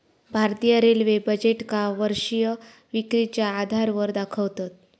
भारतीय रेल्वे बजेटका वर्षीय विक्रीच्या आधारावर दाखवतत